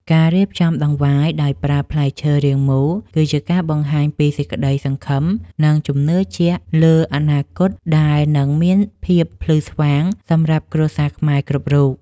ការរៀបចំដង្វាយដោយប្រើផ្លែឈើរាងមូលគឺជាការបង្ហាញពីសេចក្តីសង្ឃឹម និង ជំនឿជាក់លើអនាគតដែលនឹងមានភាពភ្លឺស្វាងសម្រាប់គ្រួសារខ្មែរគ្រប់រូប។